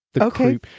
okay